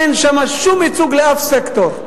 אין שם שום ייצוג לאף סקטור.